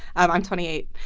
i'm i'm twenty eight.